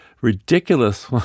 ridiculous